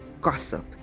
gossip